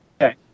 okay